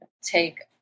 take